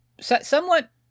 Somewhat